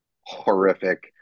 horrific